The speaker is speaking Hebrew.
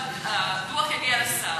הדוח יגיע לשר.